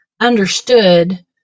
understood